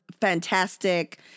fantastic